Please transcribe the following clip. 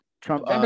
Trump